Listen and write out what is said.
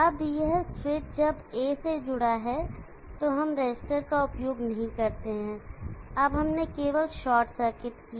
अब यह स्विच जब यह A से जुड़ा हुआ हो तो हम रेसिस्टर का उपयोग नहीं करते हैं अब हमने केवल शॉर्ट सर्किट किया